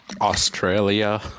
Australia